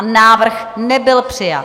Návrh nebyl přijat.